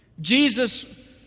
Jesus